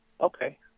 Okay